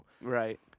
Right